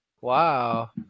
Wow